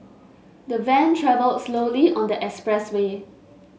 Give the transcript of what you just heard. the van travelled slowly on the expressway